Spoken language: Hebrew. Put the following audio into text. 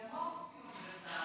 גם מורפיום זה סם.